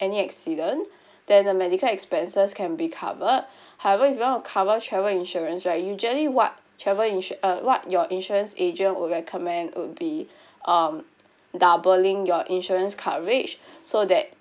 any accident then the medical expenses can be covered however if you want to cover travel insurance right usually what travel insur~ uh what your insurance agent will recommend would be um doubling your insurance coverage so that